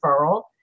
referral